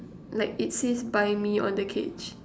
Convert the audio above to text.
like it says buy me on the cage